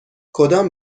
کدام